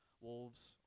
wolves